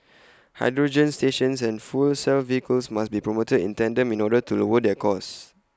hydrogen stations and fuel cell vehicles must be promoted in tandem in order to lower their cost